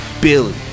Billy